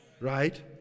Right